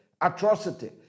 atrocity